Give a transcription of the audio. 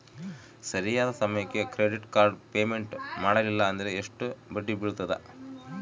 ಸರಿಯಾದ ಸಮಯಕ್ಕೆ credit card payment ಮಾಡಲಿಲ್ಲ ಅಂದ್ರೆ ಎಷ್ಟು ಬಡ್ಡಿ ಬೇಳ್ತದ?